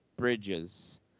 bridges